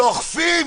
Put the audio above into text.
לא אוכפים.